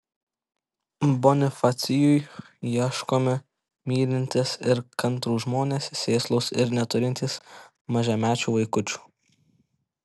bonifacijui ieškomi mylintys ir kantrūs žmonės sėslūs ir neturintys mažamečių vaikučių